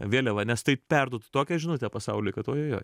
vėliava nes tai perduotų tokią žinutę pasauliui kad ojojoi